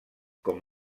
com